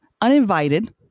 uninvited